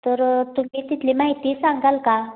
तर तुम्ही तिथली माहिती सांगाल का